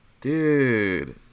Dude